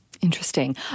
Interesting